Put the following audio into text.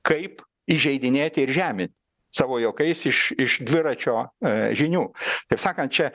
kaip įžeidinėti ir žemint savo juokais iš iš dviračio žinių taip sakant čia